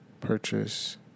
Purchase